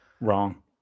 Wrong